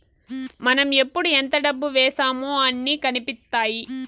మనం ఎప్పుడు ఎంత డబ్బు వేశామో అన్ని కనిపిత్తాయి